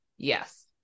Yes